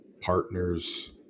partner's